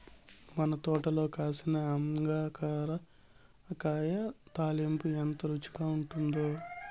మన తోటల కాసిన అంగాకర కాయ తాలింపు ఎంత రుచిగా ఉండాదో